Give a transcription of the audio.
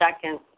second